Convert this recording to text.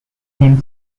him